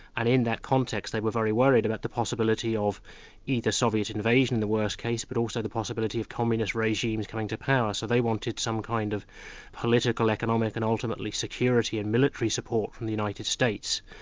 and in that context they were very worried about the possibility of either soviet invasion in the worst case, but also the possibility of communist regimes coming to power. so they wanted some kind of political, economic and ultimately security and military support from the united states.